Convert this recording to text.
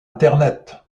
internet